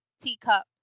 Teacup